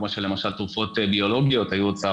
כמו שלמשל תרופות ביולוגיות היו הוצאה